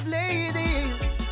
ladies